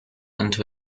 into